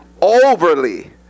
overly